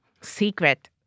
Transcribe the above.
secret